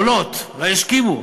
עולות, וישכימו,